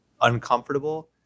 uncomfortable